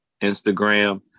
Instagram